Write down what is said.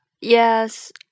Yes